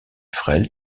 frêle